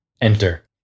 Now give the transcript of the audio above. enter